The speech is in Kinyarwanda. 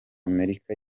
amerika